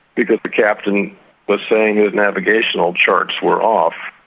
because the captain was saying his navigational charts were off.